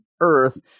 Earth